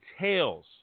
tails